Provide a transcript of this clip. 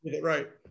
Right